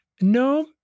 No